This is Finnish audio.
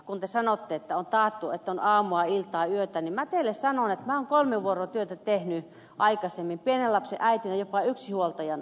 kun te sanoitte että on taattu että on aamua iltaa yötä niin minä teille sanon että minä olen kolmivuorotyötä tehnyt aikaisemmin pienen lapsen äitinä jopa yksinhuoltajana